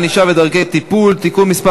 ענישה ודרכי טיפול) (תיקון מס'